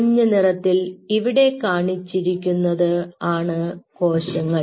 മഞ്ഞനിറത്തിൽ ഇവിടെ കാണിച്ചിരിക്കുന്നത് ആണ് കോശങ്ങൾ